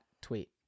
tweet